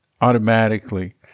automatically